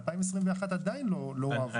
2021 עדיין לא שולם.